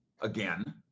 again